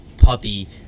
puppy